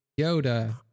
Yoda